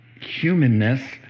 humanness